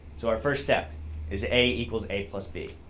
so our first step is a a b.